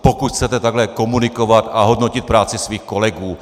Pokud chcete takhle komunikovat a hodnotit práci svých kolegů.